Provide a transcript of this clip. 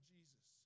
Jesus